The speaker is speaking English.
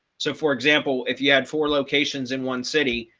so for example, if you had four locations in one city,